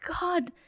God